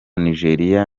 nigeria